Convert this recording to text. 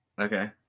okay